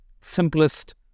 Simplest